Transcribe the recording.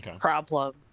problem